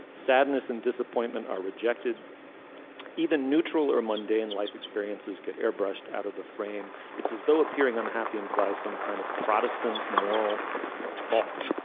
sadness and disappointment are rejected even neutral or mundane life experiences get airbrushed out of the frame. it's as though appearing unhappy implies some kind of protestant moral fault.